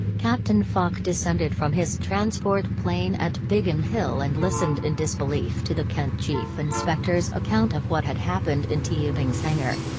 captain fache descended from his transport plane at biggin hill and listened in disbelief to the kent chief inspector's account of what had happened in teabing's hangar.